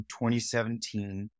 2017